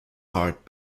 hart